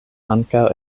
ankaŭ